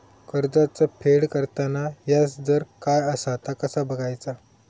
कर्जाचा फेड करताना याजदर काय असा ता कसा बगायचा?